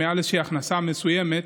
מעל איזושהי הכנסה מסוימת